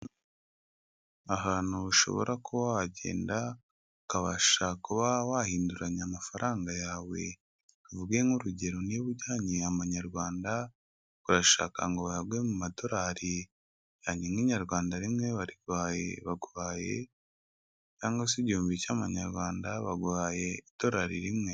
Ahantu ushobora kuba wagenda ukabasha kuba wahinduranya amafaranga yawe, tuvuge nk'urugero niba ujyanye amanyarwanda, urashaka ngo baguhe mu madorari nk'inyarwanda rimwe cyangwa se igihumbi cy'amanyarwanda baguhaye idorari rimwe.